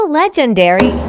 legendary